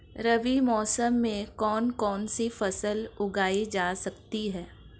रबी मौसम में कौन कौनसी फसल उगाई जा सकती है?